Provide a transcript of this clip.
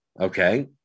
Okay